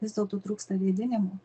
vis dėlto trūksta vėdinimo